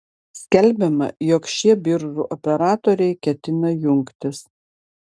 skelbiama jog šie biržų operatoriai ketina jungtis